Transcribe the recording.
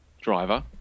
driver